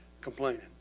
complaining